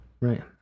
Right